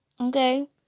Okay